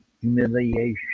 humiliation